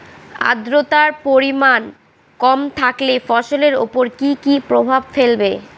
আদ্রর্তার পরিমান কম থাকলে ফসলের উপর কি কি প্রভাব ফেলবে?